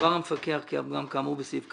גם של הערובה וגם של ההתנהלות מול מפעל סינרג'י